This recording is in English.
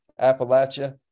Appalachia